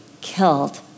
killed